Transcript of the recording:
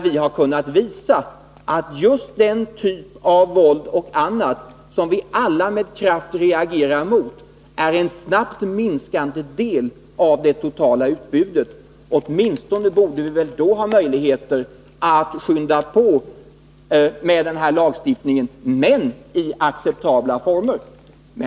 Vi har ju kunnat visa att just denna typ av våld och annat, som vi alla med kraft reagerar mot, är en snabbt minskande del av det totala utbudet. Därför borde vi åtminstone ha möjligheter att genomföra denna lagstiftning i acceptabla former.